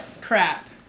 crap